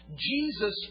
Jesus